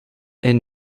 elle